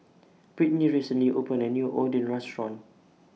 Britney recently opened A New Oden Restaurant